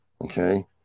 okay